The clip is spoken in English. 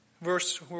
Verse